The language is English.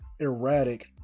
erratic